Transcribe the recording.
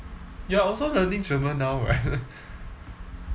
you are also learning german now right